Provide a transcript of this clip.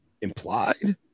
implied